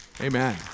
amen